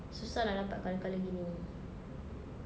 susah nak dapat colour colour gini